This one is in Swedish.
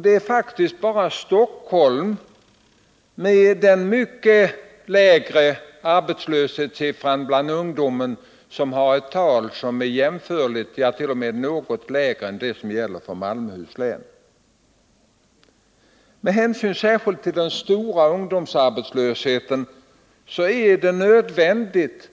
Det är faktiskt bara Stockholm — som har en mycket lägre arbetslöshetssiffra för ungdomen — som har ett tal som är jämförligt eller t.o.m. något lägre än det som gäller för Malmöhus län. Med hänsyn särskilt till den stora ungdomsarbetslösheten är det nödvändigt